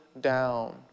down